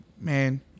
Man